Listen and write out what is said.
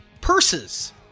purses